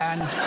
and